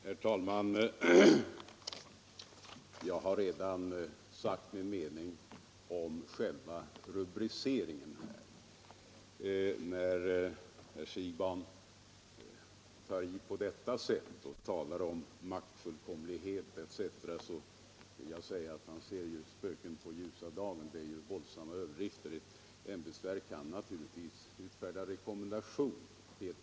Herr talman! Jag har redan sagt min mening om själva rubriceringen. När nu herr Siegbahn tar i på detta sätt och talar om maktfullkomlighet etc. vill jag säga att han ser spöken på ljusa dagen — detta är ju våldsamma överdrifter. Ett ämbetsverk kan naturligtvis utfärda rekommendationer.